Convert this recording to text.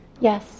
Yes